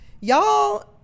y'all